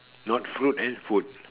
not fruit eh food